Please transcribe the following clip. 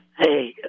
Hey